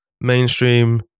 mainstream